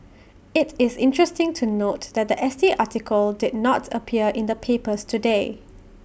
IT is interesting to note that The S T article did not appear in the papers today